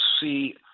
see